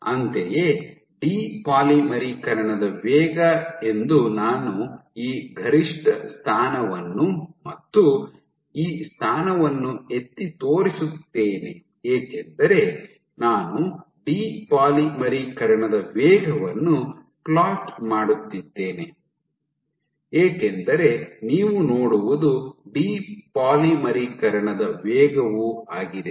ಅಂತೆಯೇ ಡಿ ಪಾಲಿಮರೀಕರಣದ ವೇಗ ಎಂದು ನಾನು ಈ ಗರಿಷ್ಠ ಸ್ಥಾನವನ್ನು ಮತ್ತು ಈ ಸ್ಥಾನವನ್ನು ಎತ್ತಿ ತೋರಿಸುತ್ತೇನೆ ಏಕೆಂದರೆ ನಾನು ಡಿ ಪಾಲಿಮರೀಕರಣದ ವೇಗವನ್ನು ಫ್ಲೋಟ್ ಮಾಡುತ್ತಿದ್ದೇನೆ ಏಕೆಂದರೆ ನೀವು ನೋಡುವುದು ಡಿ ಪಾಲಿಮರೀಕರಣದ ವೇಗವೂ ಆಗಿದೆ